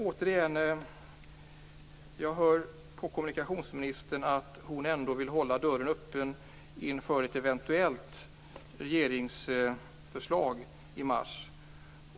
Återigen: Jag hör på kommunikationsministern att hon ändå vill hålla dörren öppen inför ett eventuellt regeringsförslag i mars.